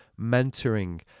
mentoring